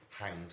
hanged